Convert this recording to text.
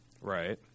Right